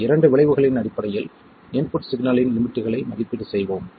இந்த இரண்டு விளைவுகளின் அடிப்படையில் இன்புட் சிக்னலின் லிமிட்களை மதிப்பீடு செய்வோம்